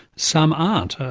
some aren't.